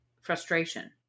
Frustration